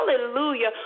hallelujah